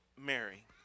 Mary